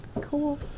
Cool